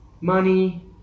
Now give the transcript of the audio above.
money